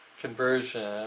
conversion